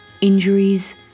Injuries